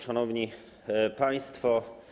Szanowni Państwo!